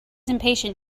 impatient